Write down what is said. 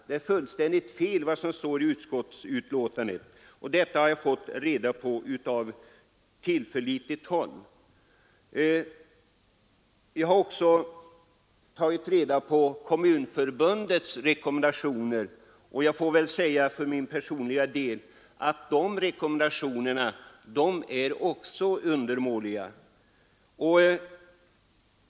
Det som står i utskottsbetänkandet om detta är fullständigt felaktigt — det har jag fått reda på från tillförlitligt håll. Jag har också studerat Kommunförbundets rekommendation. Jag anser personligen att den är undermålig.